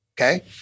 Okay